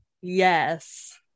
yes